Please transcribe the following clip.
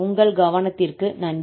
உங்கள் கவனத்திற்கு நன்றி